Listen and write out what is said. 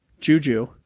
Juju